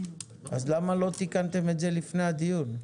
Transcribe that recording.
אז למה לא תיקנתם את זה לפני הדיון?